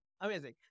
Amazing